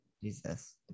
Jesus